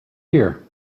here